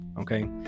okay